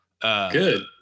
Good